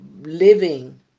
living